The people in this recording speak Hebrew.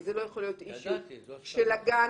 זה לא יכול להיות אישיו של הגן